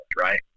right